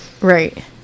Right